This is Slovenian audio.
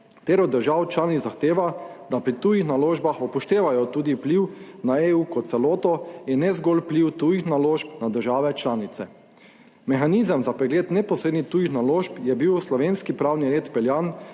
ter od držav članic zahteva, da pri tujih naložbah upoštevajo tudi vpliv na EU kot celoto in ne zgolj vpliv tujih naložb na države članice. Mehanizem za pregled neposrednih tujih naložb je bil v slovenski pravni red vpeljan